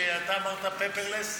שאתה אמרת paperless?